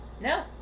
No